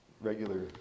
regular